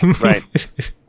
Right